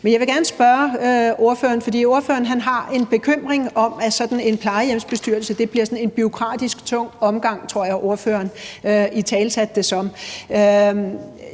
Men jeg vil gerne spørge ordføreren om noget, for ordføreren har en bekymring om, at sådan en plejehjemsbestyrelse bliver en bureaukratisk tung omgang, tror jeg ordføreren italesatte det som. Det,